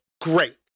great